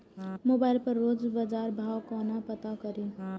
Mobile पर रोज बजार भाव कोना पता करि?